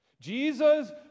Jesus